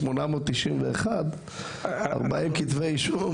891 ו-40 כתבי אישום.